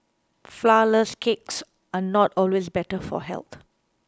Flourless Cakes are not always better for health